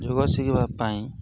ଯୋଗ ଶିଖିବା ପାଇଁ